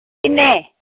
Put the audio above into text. किन्ने